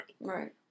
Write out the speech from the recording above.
Right